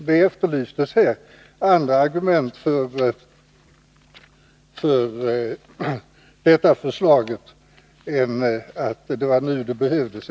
Det efterlystes andra argument för detta förslag än att det var nu en reglering behövdes.